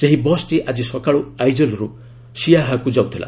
ସେହି ବସ୍ଟି ଆଜି ସକାଳୁ ଆଇଜଲ୍ରୁ ସିଆହାକୁ ଯାଉଥିଲା